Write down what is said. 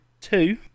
two